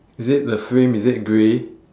is it the frame is it grey